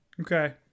Okay